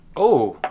oh!